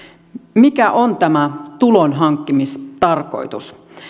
mikä on tämä tulonhankkimistarkoitus